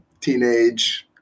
teenage